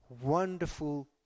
wonderful